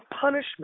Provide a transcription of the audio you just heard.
punishment